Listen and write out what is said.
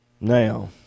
Now